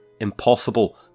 impossible